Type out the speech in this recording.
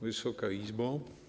Wysoka Izbo!